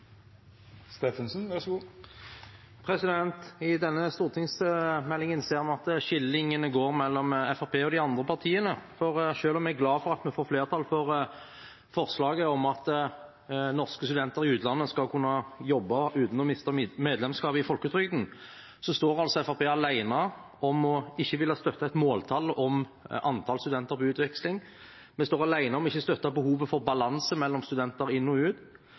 I denne stortingsmeldingen ser vi at skillelinjene går mellom Fremskrittspartiet og de andre partiene, for selv om jeg er glad for at vi får flertall for forslaget om at norske studenter i utlandet skal kunne jobbe uten å miste medlemskapet i folketrygden, står altså Fremskrittspartiet alene om ikke å ville støtte et måltall om antall studenter på utveksling. Vi står alene om ikke å støtte behovet for balanse mellom studenter inn og ut.